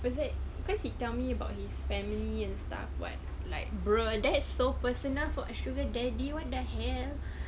what's that cause he tell me about his family and stuff [what] like bro that's so personal for a sugar daddy what the hell